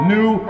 New